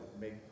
make